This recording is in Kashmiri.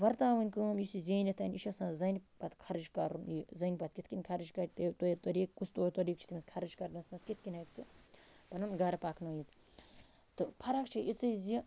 وَرتاوٕنۍ کٲم یُس یہِ زیٖنِتھ اَنہِ یہِ چھِ آسان زَنٛنہِ پتہٕ خرچ کَرُن یہِ زٔنۍ پَتہٕ کِتھ کَنہِ خرچ کَرٕ طریٖقہٕ کُس طور طریٖقہٕ چھِ تٔمِس خرچ کرٕنَس منٛز کِتھ کَنہِ ہٮ۪کہِ سٔہ پَنُن گَرٕ پَکٕنٲیِتھ تہٕ فرق چھِ اِژےٚ زِ